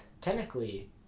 Technically